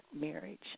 marriage